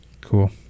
Cool